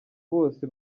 bose